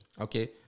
Okay